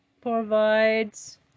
Provides